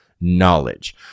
knowledge